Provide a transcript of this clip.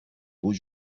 beaux